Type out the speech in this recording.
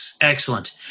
Excellent